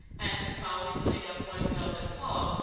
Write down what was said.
and, calmly putting up one velvet paw,